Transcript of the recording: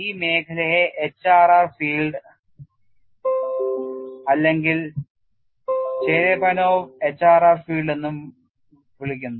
ഈ മേഖലയെ HRR field അല്ലെങ്കിൽ Cherepanov HRR ഫീൽഡ് എന്ന് വിളിക്കുന്നു